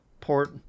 port